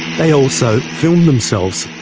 they also filmed themselves,